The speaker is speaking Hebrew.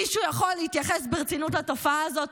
מישהו יכול להתייחס ברצינות לתופעה הזאת?